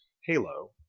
Halo